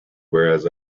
whereas